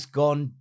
gone